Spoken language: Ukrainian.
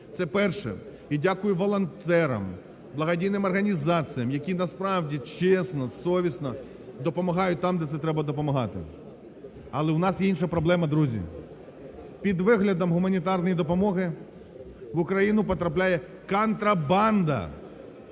Це перше. І дякую волонтерам, благодійним організаціям, які насправді чесно, совісно допомагають там, де це треба допомагати. Але в нас є інша проблема, друзі. Під виглядом гуманітарної допомоги в Україну потрапляє контрабанда,